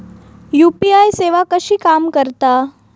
UPI सेवा कशी काम करता?